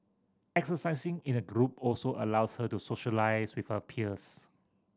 exercising in a group also allows her to socialise with her peers